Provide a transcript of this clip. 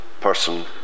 person